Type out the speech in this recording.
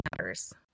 matters